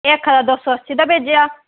एह् आक्खा दा दो सौ अस्सी दा भेजेआ